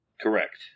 Correct